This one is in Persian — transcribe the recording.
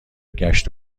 گشت